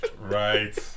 Right